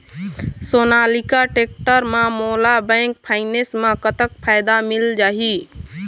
Sonalika tractor म मोला bank finance म कतक फायदा मिल जाही?